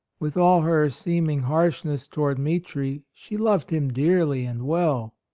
with all her seeming harshness toward mitri, she loved him dearly and well.